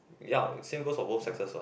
ya same goes for both sexes what